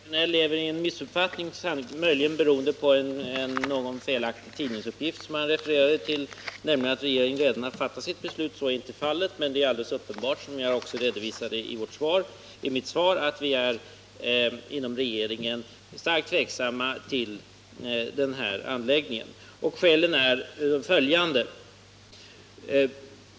Herr talman! Bengt Sjönell lever i en missuppfattning, möjligen beroende på en felaktig tidningsuppgift, som han refererade till, nämligen att regeringen redan har fattat sitt beslut. Så är inte fallet, men det är alldeles uppenbart, som jag också redovisade i mitt svar, att vi inom regeringen är starkt tveksamma till den aktuella anläggningen. Skälen är följande.